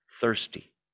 thirsty